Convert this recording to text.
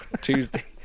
Tuesday